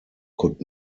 could